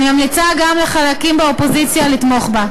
ואני ממליצה גם לחלקים באופוזיציה לתמוך בה.